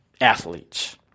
athletes